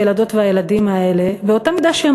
הילדות והילדים האלה באותה מידה שהם